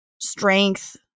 strength